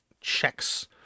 checks